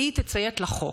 היא תציית לחוק.